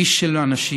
איש של אנשים,